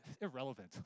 irrelevant